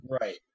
right